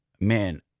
man